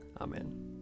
Amen